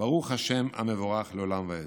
"ברוך ה' המבורך לעולם ועד".